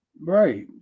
Right